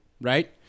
right